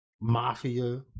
Mafia